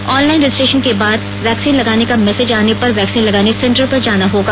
online registration के बाद message से वैक्सीन लगाने का मैसेज आने पर वैक्सीन लगाने सेंटर पर जाना होगा